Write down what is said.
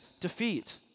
defeat